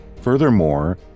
Furthermore